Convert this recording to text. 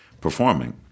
performing